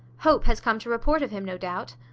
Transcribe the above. hope has come to report of him, no doubt.